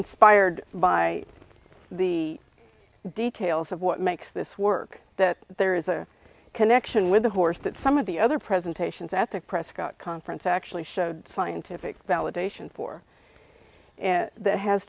inspired by the details of what makes this work that there is a connection with the horse that some of the other presentations at the prescott conference actually showed scientific validation for and that has